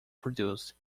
produced